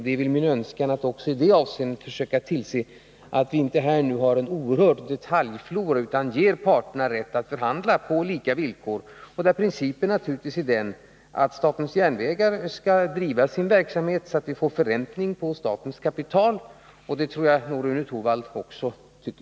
Det är min önskan att också i det avseendet kunna se till att vi här inte får en flora av detaljregleringar utan ger parterna rätt att förhandla på lika villkor. Principen skall naturligtvis vara den att statens järnvägar skall driva sin verksamhet så, att vi får förräntning på statens kapital. Det tror jag att också Rune Torwald tycker.